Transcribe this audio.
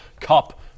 Cup